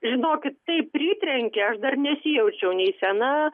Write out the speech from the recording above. žinokit taip pritrenkė aš dar nesijaučiau nei sena